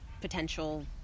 potential